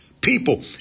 people